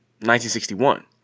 1961